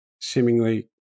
seemingly